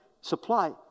supply